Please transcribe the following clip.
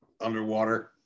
underwater